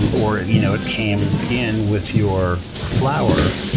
um or it you know it came in with your flour,